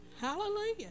Hallelujah